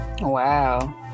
Wow